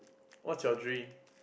what's your dream